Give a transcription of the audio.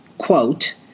Quote